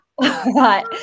Right